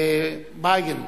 ביידן,